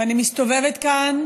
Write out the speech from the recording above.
ואני מסתובבת כאן,